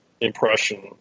impression